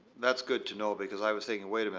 that's good to know because i was thinking, wait a